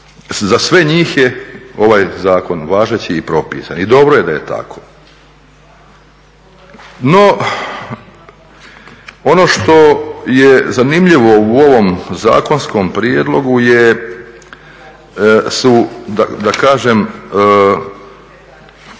za sve njih je ovaj zakon važeći i propisan i dobro je da je tako. No ono što je zanimljivo u ovom zakonskom prijedlogu su prekršajne